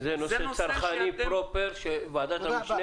זה פרופר נושא צרכני שוועדת המשנה